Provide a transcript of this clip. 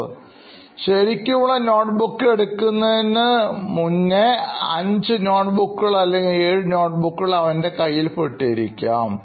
Professor ശരിക്കുമുള്ള notebook എടുക്കുന്നതിനു മുന്നേ 5 നോട്ട്ബുക്കുകൾ അല്ലെങ്കിൽ7 നോട്ടുബുക്കുകൾ അവൻറെ കയ്യിൽ പെട്ടു ഇരിക്കാം